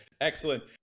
Excellent